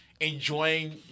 enjoying